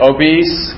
Obese